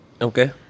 Okay